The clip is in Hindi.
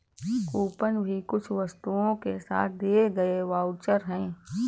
कूपन भी कुछ वस्तुओं के साथ दिए गए वाउचर है